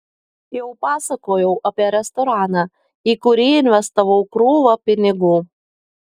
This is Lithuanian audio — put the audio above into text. jau pasakojau apie restoraną į kurį investavau krūvą pinigų